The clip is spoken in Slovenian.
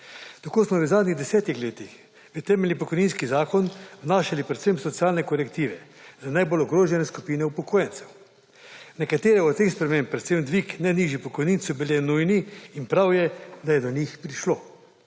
Tako smo bili v zadnjih desetih letih v temeljni pokojninski zakon vnašali predvsem socialne korektive za najbolj ogrožene skupine upokojencev. Nekatere od teh sprememb, predvsem dvig najnižjih pokojnin so bile nujne in prav je, da je do njih prišlo.